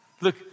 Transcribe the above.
Look